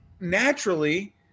naturally